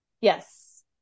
Yes